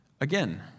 Again